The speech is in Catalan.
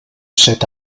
set